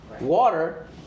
Water